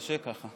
זה קשה ככה,